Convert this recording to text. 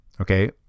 Okay